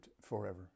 forever